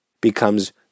becomes